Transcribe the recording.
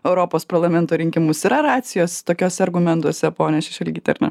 europos parlamento rinkimus yra racijos tokiuose argumentuose ponia šešelgyte ar ne